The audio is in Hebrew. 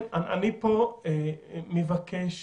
עם תוספים,